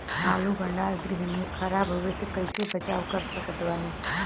आलू भंडार गृह में खराब होवे से कइसे बचाव कर सकत बानी?